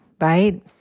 right